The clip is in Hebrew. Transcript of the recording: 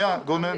גונן,